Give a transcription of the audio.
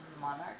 monarch